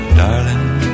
darling